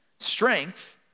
Strength